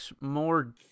more